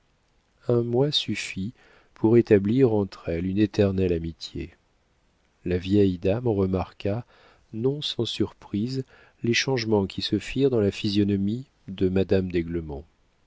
un mois suffit pour établir entre elles une éternelle amitié la vieille dame remarqua non sans surprise les changements qui se firent dans la physionomie de madame